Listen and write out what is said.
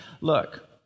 Look